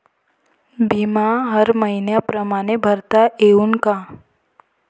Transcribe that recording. बिमा हर मइन्या परमाने भरता येऊन का?